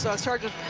so sergeant